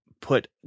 put